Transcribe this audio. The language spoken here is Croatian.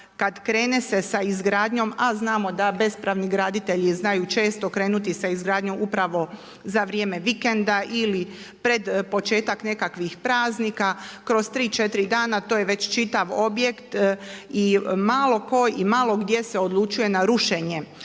se krene sa izgradnjom a znamo da bespravni graditelji znaju često krenuti sa izgradnjom upravo za vrijeme vikenda ili pred početak nekakvih praznika, kroz 3, 4 dana to je već čitav objekt i malo tko i malo gdje se odlučuje na rušenje